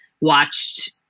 watched